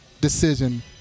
decision